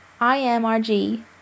IMRG